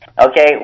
Okay